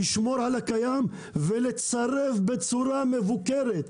לשמור על הקיים ולצרף בצורה מבוקרת,